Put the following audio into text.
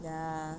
ya